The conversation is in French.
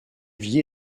vit